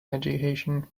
education